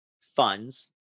funds